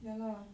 ya lah